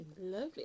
Lovely